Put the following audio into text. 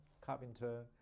carpenter